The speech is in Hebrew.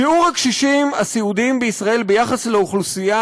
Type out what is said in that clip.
שיעור הקשישים הסיעודיים בישראל ביחס לאוכלוסייה